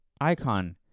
icon